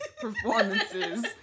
performances